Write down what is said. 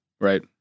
Right